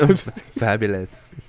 fabulous